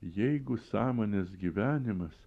jeigu sąmonės gyvenimas